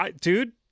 Dude